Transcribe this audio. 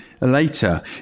later